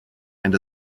and